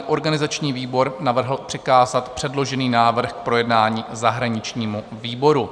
Organizační výbor navrhl přikázat předložený návrh k projednání zahraničnímu výboru.